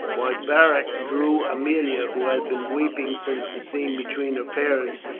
while beric drew aemilia, who had been weeping since the scene between her parents,